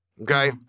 Okay